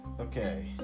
Okay